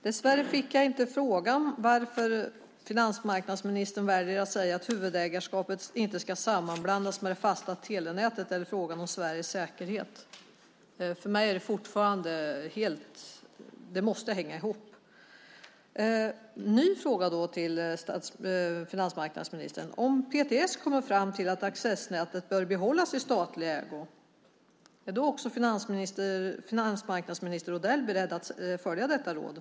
Herr talman! Dessvärre fick jag inte svar på frågan varför finansmarknadsministern väljer att säga att huvudägarskapet inte ska sammanblandas med det fasta telenätet eller frågan om Sveriges säkerhet. För mig är det helt klart att det måste hänga ihop. Jag har en ny fråga till finansmarknadsministern: Om PTS kommer fram till att accessnätet bör behållas i statlig ägo, är då finansmarknadsminister Odell beredd att följa detta råd?